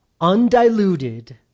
undiluted